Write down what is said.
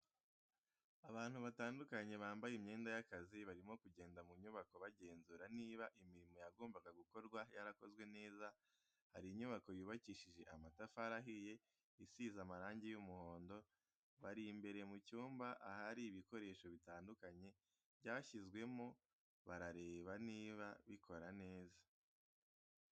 Abantu batandukanye bambaye imyenda y'akazi barimo kugenda mu nyubako bagenzura niba imirimo yagombaga gukorwa yarakozwe neza, hari inyubako yubakishije amatafari ahiye isize amarangi y'umuhondo, bari imbere mu cyumba ahari ibikoresho bitandukanye byashyizwemo barareba niba bikora neza.